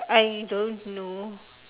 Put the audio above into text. I don't know